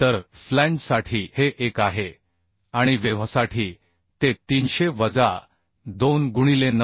तर फ्लॅंजसाठी हे 1 आहे आणि वेव्हसाठी ते 300 वजा 2 गुणिले 9